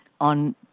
on